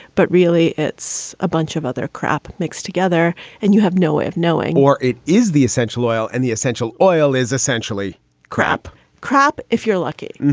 but really, it's a bunch of other crap mixed together and you have no way of knowing or it is the essential oil and the essential oil is essentially crap crap. if you're lucky.